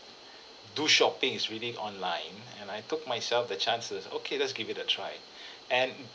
do shopping is reading online and I took myself the chances okay let's give it a try and